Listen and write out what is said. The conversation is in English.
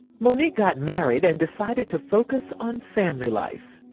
monique got married and decided to focus on family life.